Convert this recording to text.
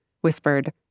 whispered